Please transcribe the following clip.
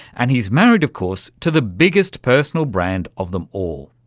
and he's married, of course, to the biggest personal brand of them all,